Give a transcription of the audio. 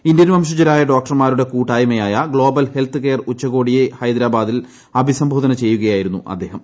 Indian വംശജരായ ഡോക്ടർമാരുടെ കൂട്ടായ്മയായ ഗ്ലോബൽ ഹെൽത്ത് കെയർ ഉച്ചകോടിയെ ഹൈദരാബാദിൽ അഭിസംബോധന ചെയ്യുകയായിരുന്നു അദ്ദേഹം